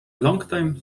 longtime